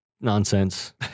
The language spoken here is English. nonsense